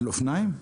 על אופניים?